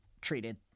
treated